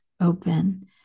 open